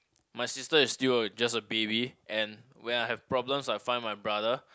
my sister is still a just a baby and when I have problems I find my brother